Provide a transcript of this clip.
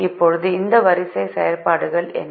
இப்போது இந்த வரிசை செயல்பாடுகள் என்ன